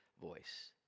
voice